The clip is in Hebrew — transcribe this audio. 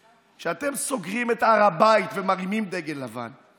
כשאתם סוגרים את הר הבית ומרימים דגל לבן,